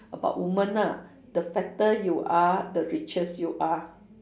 about woman ah the fatter you are the richest you are